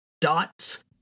dots